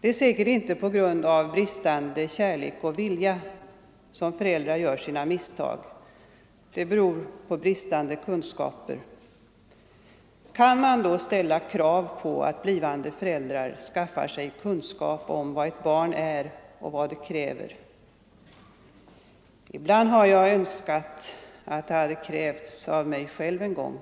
Det är säkert inte på grund av bristande kärlek och vilja som föräldrar gör sina misstag, det beror på bristande kunskaper. Kan man då ställa krav på att blivande föräldrar skaffar sig kunskap om vad ett barn är och vad det kräver? Ibland har jag önskat att det hade krävts av mig själv en gång.